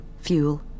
fuel